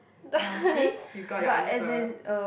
ah see you got your answer